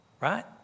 right